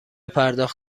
پرداخت